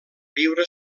viure